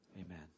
Amen